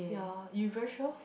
ya you very sure